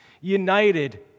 united